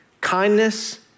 kindness